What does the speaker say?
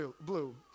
blue